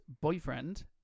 boyfriend